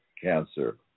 cancer